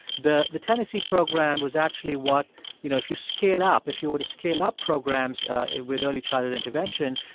the the tennessee program was actually what you know, if you scale up if you were to scale up programs with early child intervention,